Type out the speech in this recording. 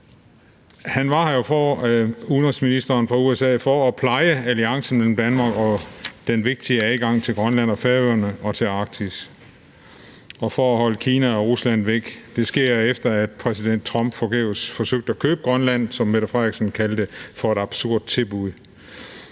Udenrigsministeren fra USA var her jo for at pleje alliancen mellem Danmark og den vigtige adgang til Grønland og Færøerne og til Arktis og for at holde Kina og Rusland væk. Det sker, efter at præsident Trump forgæves forsøgte at købe Grønland, hvilket statsministeren kaldte for et absurd tilbud.